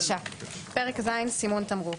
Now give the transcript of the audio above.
פרק ז': סימון תמרוק.